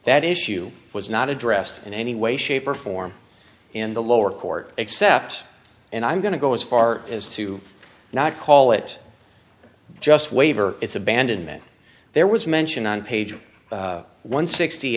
that issue was not addressed in any way shape or form in the lower court except and i'm going to go as far as to not call it just waiver it's abandonment there was mention on page one